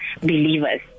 believers